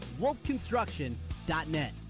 wolfconstruction.net